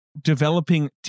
developing